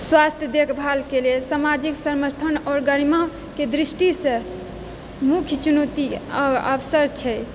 स्वास्थ्य देखभालके लियऽ सामाजिक समर्थन आओर गरिमाके दृष्टिसँ मुख्य चुनौती आओर अवसर छै